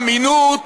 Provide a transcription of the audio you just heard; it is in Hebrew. אמינות,